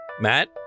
Matt